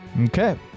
Okay